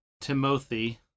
timothy